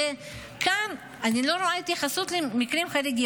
וכאן אני לא רואה התייחסות למקרים חריגים.